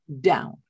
down